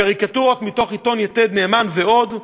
קריקטורות מתוך עיתון "יתד נאמן" ועוד.